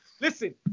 Listen